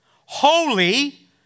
holy